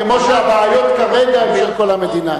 כמו שהבעיות כרגע הן של כל המדינה.